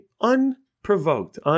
unprovoked